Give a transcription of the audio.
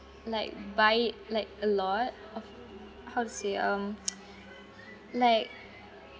like buy it like a lot of how to say um like